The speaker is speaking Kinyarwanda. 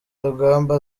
rugamba